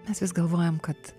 mes galvojame kad